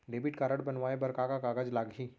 Debit card बनवाये बर का का कागज लागही?